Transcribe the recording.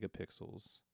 megapixels